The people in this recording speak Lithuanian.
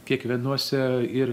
kiekvienuose ir